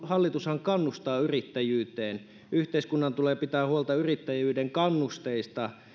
hallitushan kannustaa yrittäjyyteen yhteiskunnan tulee pitää huolta yrittäjyyden kannusteista